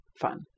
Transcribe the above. fun